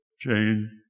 Jane